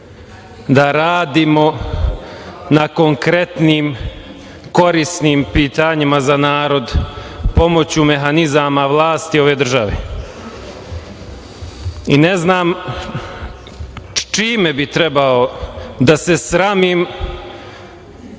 da radimo na konkretnim, korisnim pitanjima za narod pomoću mehanizama vlasti ove države. Ne znam čime bi trebalo da se sramim